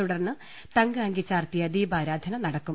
തുടർന്ന് തങ്കഅങ്കി ചാർത്തിയ ദീപാരാധന നട ക്കും